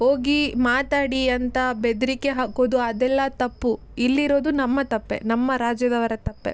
ಹೋಗಿ ಮಾತಾಡಿ ಅಂತ ಬೆದರಿಕೆ ಹಾಕೋದು ಅದೆಲ್ಲ ತಪ್ಪು ಇಲ್ಲಿರೋದು ನಮ್ಮ ತಪ್ಪೇ ನಮ್ಮ ರಾಜ್ಯದವರ ತಪ್ಪೇ